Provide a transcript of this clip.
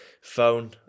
phone